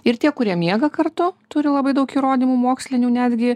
ir tie kurie miega kartu turi labai daug įrodymų mokslinių netgi